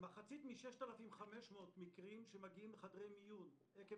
מחצית מ-6,500 מקרים שמגיעים לחדרי מיון עקב